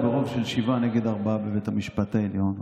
ברוב של שבעה נגד ארבעה בבית המשפט העליון.